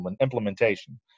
implementation